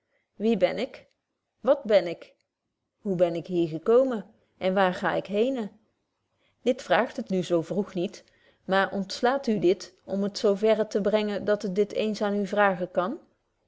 wie ben ik wat ben ik hoe ben ik hier gekomen en waar ga ik henen dit vraagt het nu zo vroeg niet maar ontslaat u dit om het zo verre te brengen dat het dit eens aan u vragen kan